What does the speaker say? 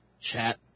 chat